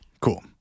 Cool